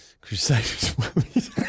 Crusaders